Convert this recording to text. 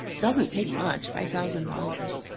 doesn't take much, five thousand dollars.